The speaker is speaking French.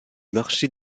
marché